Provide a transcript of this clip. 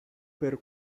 per